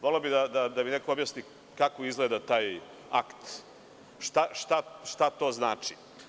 Voleo bih da mi neko objasni kako izgleda kako izgleda taj akt, šta to znači.